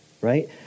right